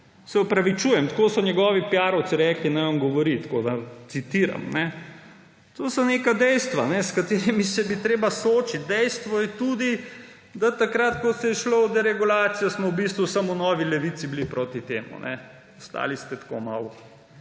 Se opravičujem, tako so njegovi piarovci rekli, da tako on govori, citiram. To so neka dejstva, s katerimi se bi bilo treba soočiti. Dejstvo je tudi, da takrat, ko se je šlo v deregulacijo, smo v bistvu samo v novi levici bili proti temu. Ostali ste tako malo